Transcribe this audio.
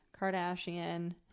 Kardashian